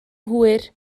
hwyr